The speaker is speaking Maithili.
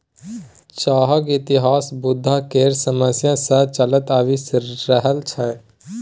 चाहक इतिहास बुद्ध केर समय सँ चलल आबि रहल छै